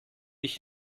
ich